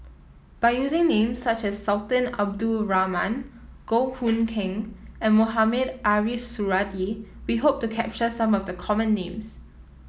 by using names such as Sultan Abdul Rahman Goh Hood Keng and Mohamed Ariff Suradi we hope to capture some of the common names